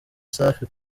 safi